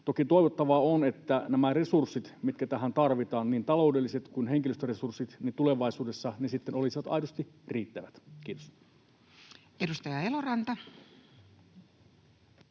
Toki toivottavaa on, että nämä resurssit, mitkä tähän tarvitaan, niin taloudelliset kuin henkilöstöresurssit, tulevaisuudessa sitten olisivat aidosti riittävät. — Kiitos. Edustaja Eloranta.